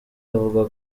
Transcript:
avuga